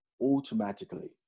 automatically